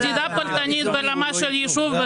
אנחנו ביקשנו מדידה פרטנית ברמה של ישוב.